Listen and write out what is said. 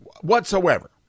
whatsoever